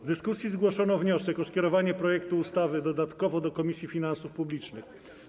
W dyskusji zgłoszono wniosek o skierowanie projektu ustawy dodatkowo do Komisji Finansów Publicznych.